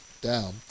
down